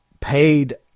paid